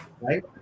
right